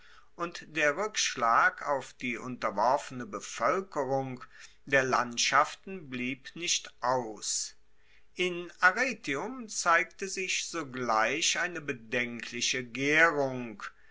und der rueckschlag auf die unterworfene bevoelkerung der landschaften blieb nicht aus in arretium zeigte sich sogleich eine bedenkliche gaerung